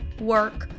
work